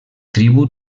tribu